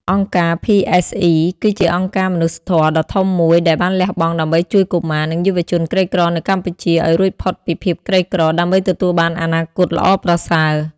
អង្គការភីអេសអុី (PSE) គឺជាអង្គការមនុស្សធម៌ដ៏ធំមួយដែលបានលះបង់ដើម្បីជួយកុមារ និងយុវជនក្រីក្រនៅកម្ពុជាឱ្យរួចផុតពីភាពក្រីក្រ ដើម្បីទទួលបានអនាគតល្អប្រសើរ។